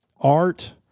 art